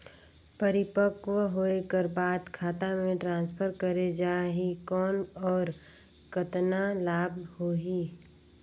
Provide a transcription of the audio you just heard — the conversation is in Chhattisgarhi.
परिपक्व होय कर बाद खाता मे ट्रांसफर करे जा ही कौन और कतना लाभ होही?